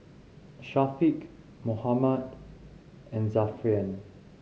Syafiq Muhammad and Zafran